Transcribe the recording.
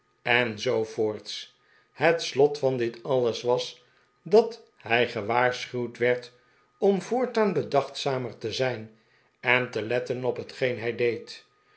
en zoo voortsj het slot van dit alles was dat hij gewaarschuwd werd om voortaan bedachtzamer te zijn en te letten op hetgeen hij deed